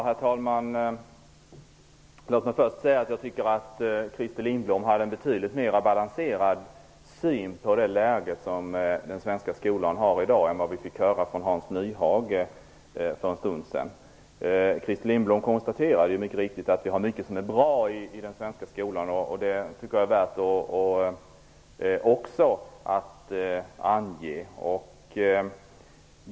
Herr talman! Låt mig först säga att Christer Lindblom har en betydligt mer balanserad syn, än Hans Nyhage hade för en stund sedan, på det läge som den svenska skolan i dag har. Christer Lindblom konstaterar mycket riktigt att mycket är bra i den svenska skolan. Det är värt att också ange.